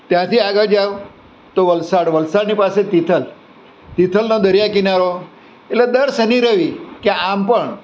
ત્યાંથી આગળ જાઓ તો વલસાડ વલસાડની પાસે તિથલ તિથલનો દરિયાકિનારો એટલે દર શનિ રવિ કે આમ પણ